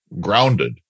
grounded